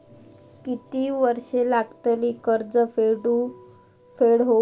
किती वर्षे लागतली कर्ज फेड होऊक?